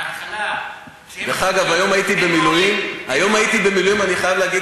אני אקרא להם